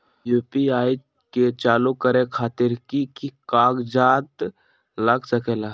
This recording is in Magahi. यू.पी.आई के चालु करे खातीर कि की कागज़ात लग सकेला?